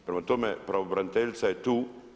Prema tome, pravobraniteljica je tu.